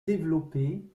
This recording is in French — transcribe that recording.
développé